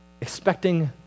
expecting